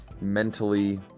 mentally